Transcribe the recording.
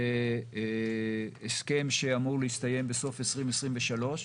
זה הסכם שאמור להסתיים בסוף 2023,